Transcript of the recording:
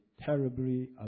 terribly